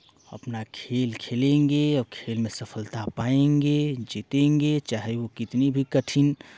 अपना खेल खेलेंगे और खेल में सफलता पाएंगे जीतेंगे चाहे ओ कितनी भी कठिन